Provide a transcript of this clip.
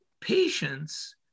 patients